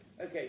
Okay